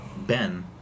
Ben